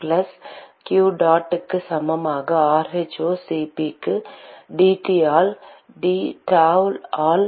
plus q dot க்கு சமமான rho Cp க்கு dT ஆல் dTau ஆல்